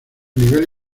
nivel